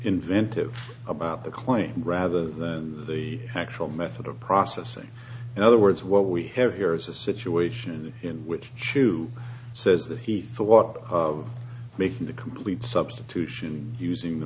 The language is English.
inventive about the claim rather than the actual method of processing in other words what we have here is a situation in which chu says that he thought of making the complete substitution using the